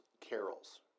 carols